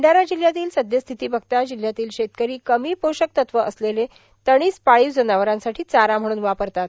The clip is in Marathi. भंडारा जिल्हयातील सद्यस्थिती बघता जिल्हयातील शेतकरी कमी पोषक तत्व असलेले तणीस पाळीव जनावरांसाठी चारा म्हणून वापरतात